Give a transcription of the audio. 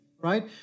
right